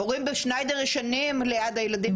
הורים בשניידר ישנים ליד הילדים שלהם,